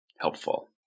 Helpful